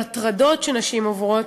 על הטרדות שנשים עוברות,